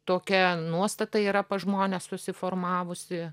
tokia nuostata yra pas žmones susiformavusi